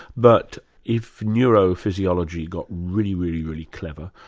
but if neurophysiology got really, really really clever,